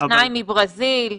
שניים מברזיל,